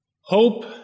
Hope